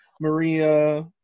Maria